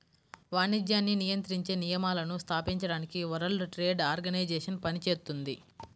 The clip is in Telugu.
వాణిజ్యాన్ని నియంత్రించే నియమాలను స్థాపించడానికి వరల్డ్ ట్రేడ్ ఆర్గనైజేషన్ పనిచేత్తుంది